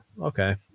okay